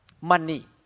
money